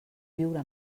viure